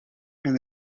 and